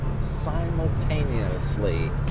simultaneously